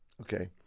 okay